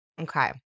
Okay